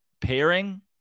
pairing